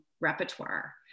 repertoire